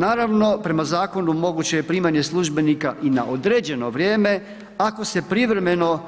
Naravno, prema zakonu moguće je primanje službenika i na određeno vrijeme, ako se privremeno